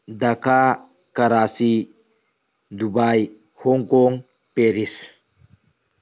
Dhaka Karachi Dubai Hong Kong Paris